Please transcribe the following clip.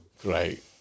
Great